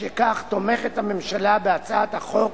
משכך, תומכת הממשלה בהצעת החוק,